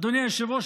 אדוני היושב-ראש,